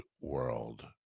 world